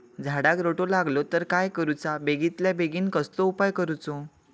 झाडाक रोटो लागलो तर काय करुचा बेगितल्या बेगीन कसलो उपाय करूचो?